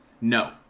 No